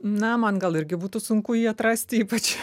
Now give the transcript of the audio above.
na man gal irgi būtų sunku jį atrasti ypač